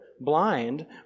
blind